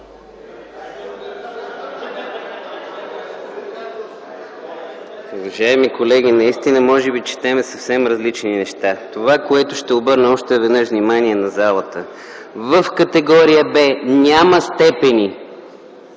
Уважаеми колеги, наистина може би четеме съвсем различни неща. Това, на което ще обърна още веднъж внимание на залата – в категория Б няма степени!